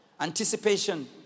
anticipation